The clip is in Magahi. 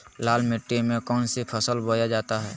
लाल मिट्टी में कौन सी फसल बोया जाता हैं?